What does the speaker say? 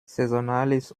saisonales